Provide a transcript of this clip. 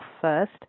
first